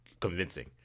convincing